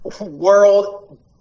world